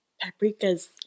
paprika's